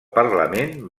parlament